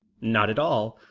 not at all.